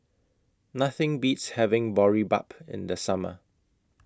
Nothing Beats having Boribap in The Summer